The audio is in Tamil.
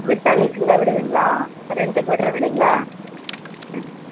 விட்டால் லீஸுக்கு தான் விடுவீங்களா ரென்ட்டுக்கு விடுறதில்லீங்களா அ